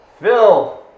Phil